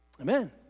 amen